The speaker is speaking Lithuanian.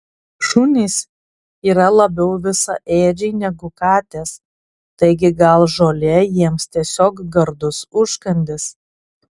šunys yra labiau visaėdžiai negu katės taigi gal žolė jiems tiesiog gardus užkandis